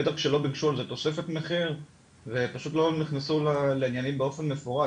בטח כשלא ביקשו על זה תוספת מחיר ופשוט לא נכנסו לעניינים באופן מפורט,